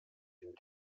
den